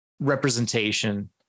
representation